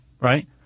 right